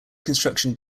construction